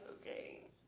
okay